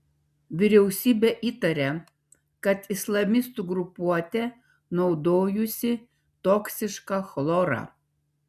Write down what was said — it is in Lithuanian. vyriausybė įtaria kad islamistų grupuotė naudojusi toksišką chlorą